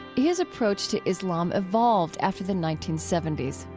his approach to islam evolved after the nineteen seventy s.